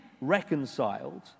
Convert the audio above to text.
reconciled